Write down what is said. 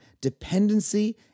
dependency